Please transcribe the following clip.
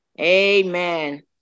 Amen